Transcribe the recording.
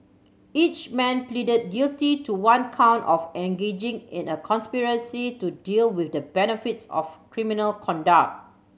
each man pleaded guilty to one count of engaging in a conspiracy to deal with the benefits of criminal conduct